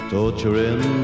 Torturing